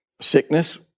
sickness